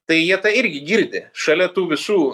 tai jie tą irgi girdi šalia tų visų